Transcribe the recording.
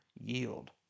Yield